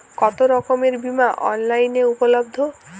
কতোরকমের বিমা অনলাইনে উপলব্ধ?